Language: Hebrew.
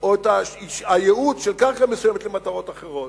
או את הייעוד של קרקע מסוימת למטרות אחרות.